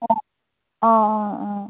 অঁ অঁ অঁ অঁ